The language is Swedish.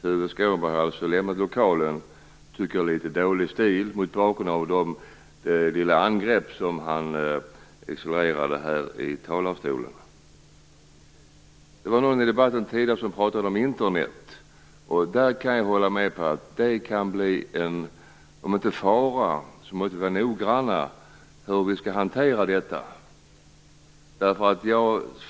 Tuve Skånberg har lämnat lokalen. Det tycker jag är litet dålig stil mot bakgrund av de angrepp som han gjorde från talarstolen. Någon pratade om Internet tidigare i debatten. Jag kan hålla med om att vi måste vara noggranna med hur vi hanterar detta.